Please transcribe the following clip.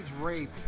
Rape